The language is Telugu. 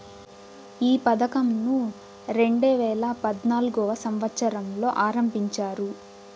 ఈ పథకంను రెండేవేల పద్నాలుగవ సంవచ్చరంలో ఆరంభించారు